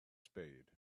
spade